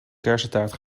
kersentaart